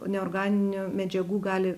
neorganinių medžiagų gali